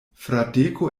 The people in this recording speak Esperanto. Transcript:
fradeko